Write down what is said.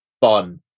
fun